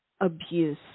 abuse